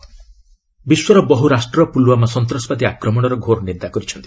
terror attack ବିଶ୍ୱର ବହୁ ରାଷ୍ଟ୍ର ପୁଲୱାମା ସନ୍ତ୍ରାସବାଦୀ ଆକ୍ରମଣର ଘୋର ନିନ୍ଦା କରିଛନ୍ତି